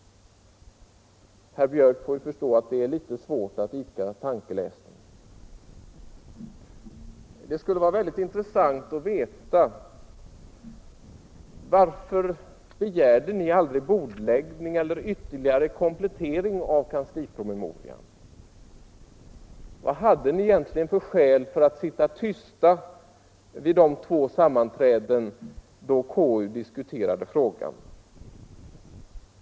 Herr Björck får ju förstå att det är litet svårt att idka tankeläsning. Det skulle vara väldigt intressant att veta varför ni aldrig begärde bordläggning eller ytterligare komplettering av kanslipromemorian. Vad hade ni egentligen för skäl att sitta tysta vid de två sammanträden då konstitutionsutskottet diskuterade frågan?